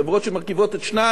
החברות שמרכיבות את ערוץ-2,